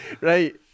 Right